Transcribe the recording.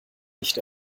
nicht